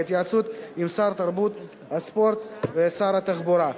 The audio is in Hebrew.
בהתייעצות עם שר התרבות והספורט ושר התחבורה,